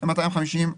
מ-200 אלף עד 250 אלף,